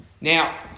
Now